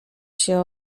się